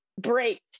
break